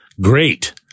great